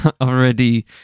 Already